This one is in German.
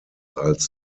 als